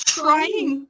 trying